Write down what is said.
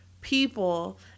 people